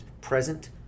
present